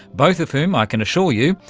both of whom, i can assure you,